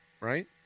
Right